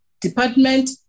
department